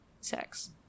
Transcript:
sex